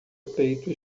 peito